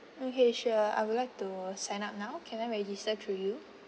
okay sure I would like to sign up now can I register through you